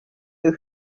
who